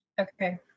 Okay